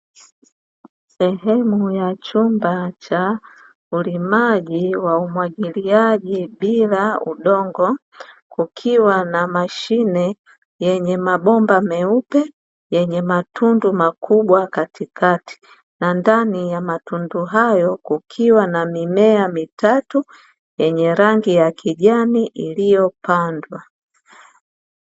Sehemu ya chumba cha ulimaji wa umwagiliaji bila udongo, kukiwa na mashine yenye mabomba meupe yenye matundu makubwa katikati, na ndani ya matundu hayo kukiwa na mimea mitatu yenye rangi ya kijani iliyopandwa.